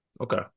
Okay